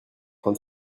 train